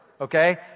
okay